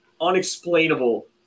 unexplainable